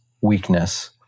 weakness